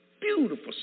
Beautiful